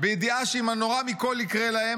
בידיעה שאם הנורא מכל יקרה להם,